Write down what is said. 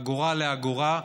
אגורה לאגורה,